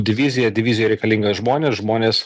divizija divizijoj reikalinga žmonės žmones